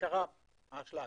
בעיקרם האשלג.